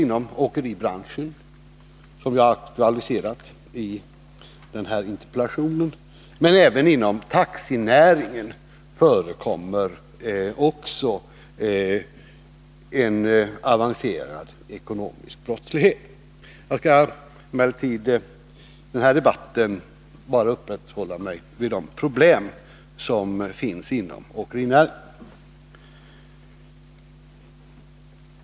Inom åkeribranschen, som jag har aktualiserat i den här interpellationen, men även inom taxinäringen förekommer en avancerad ekonomisk brottslighet. I den här debatten skall jag emellertid bara uppehålla mig vid de problem som finns inom åkerinäringen.